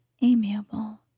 amiable